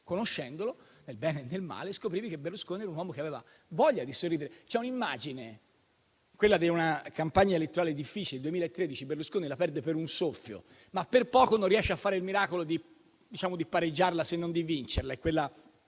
Conoscendolo, nel bene e nel male, scoprivi che Berlusconi era un uomo che aveva voglia di sorridere. C'è un'immagine, quella di una campagna elettorale difficile, del 2013. Berlusconi la perde per un soffio, ma per poco non riesce a fare il miracolo di pareggiarla, se non di vincerla.